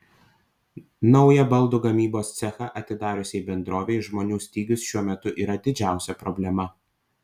naują baldų gamybos cechą atidariusiai bendrovei žmonių stygius šiuo metu yra didžiausia problema